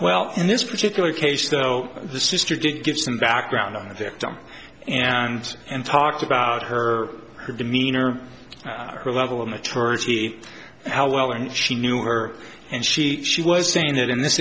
well in this particular case though the sister did give some background on the victim and and talked about her her demeanor her level of maturity how well and she knew her and she she was saying that in this